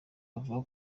bavuga